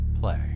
play